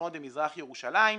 מהשכונות במזרח ירושלים.